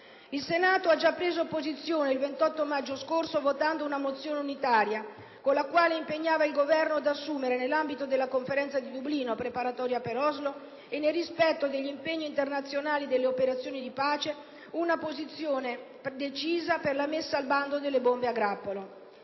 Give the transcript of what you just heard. Il Senato ha già preso posizione il 28 maggio dello scorso anno votando una mozione unitaria con la quale impegnava il Governo ad assumere nell'ambito della Conferenza di Dublino, preparatoria per Oslo, e nel rispetto degli impegni internazionali delle operazioni di pace, una posizione decisa per la messa al bando delle bombe a grappolo.